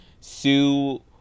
Sue